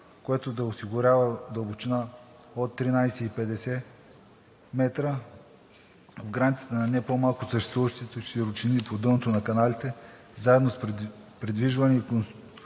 което да осигурява дълбочина от 13,50 метра в границата на не по-малко от съществуващите широчини по дъното на каналите заедно с придвижване, конструиране